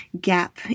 gap